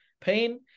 Pain